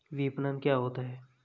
विपणन क्या होता है?